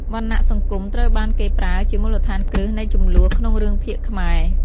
វណ្ណៈសង្គមត្រូវបានគេប្រើជាមូលដ្ឋានគ្រឹះនៃជម្លោះក្នុងរឿងភាគខ្មែរ។